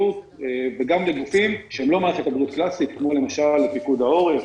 וגם לגופים שהם לא מערכת הבריאות קלאסית כמו למשל פיקוד העורף,